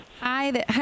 Hi